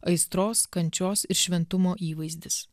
aistros kančios ir šventumo įvaizdis